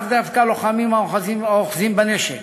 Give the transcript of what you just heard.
לאו דווקא לוחמים האוחזים בנשק,